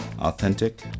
authentic